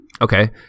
okay